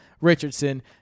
Richardson